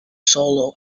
solo